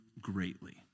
greatly